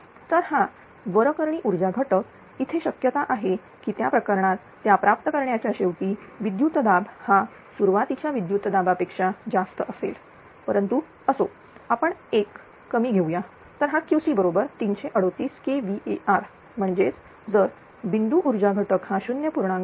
तर हा वरकरणी ऊर्जा घटक इथे शक्यता आहे की त्या प्रकरणात त्या प्राप्त करण्याच्या शेवटी विद्युतदाब हा सुरुवातीचा विद्युत् दाबापेक्षा जास्त असेल परंतु असो आपण एक कमी घेऊया तर हा QC बरोबर 338 kVAr म्हणजेच जर बिंदू ऊर्जा घटक हा 0